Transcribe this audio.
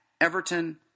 Everton